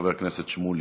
חבר הכנסת שמולי.